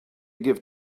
give